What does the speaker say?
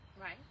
right